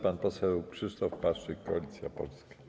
Pan poseł Krzysztof Paszyk, Koalicja Polska.